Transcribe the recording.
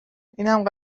اینم